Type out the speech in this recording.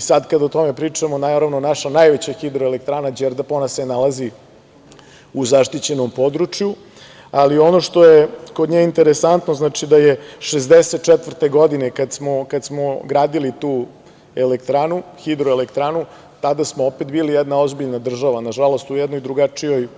Sada kada o tome pričamo, naravno, naša najveća hidroelektrana Đerdap se nalazi u zaštićenom području, ali ono što je kod nje interesantno je da je 1964. godine kada smo gradili tu hidroelektranu tada smo opet bili jedna ozbiljna država, nažalost, u jednoj drugačijoj